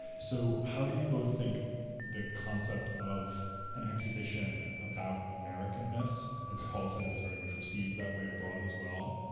so how do you both think the concept of an exhibition about american-ness, as paul said, it was very much received that way abroad as well,